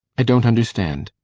i don't understand